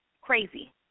crazy